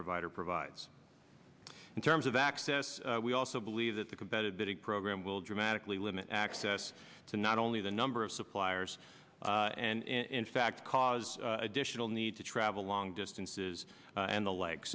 provider provides in terms of access we also believe that the competitive program will dramatically limit access to not only the number of suppliers and in fact cause additional need to travel long distances and a leg